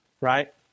Right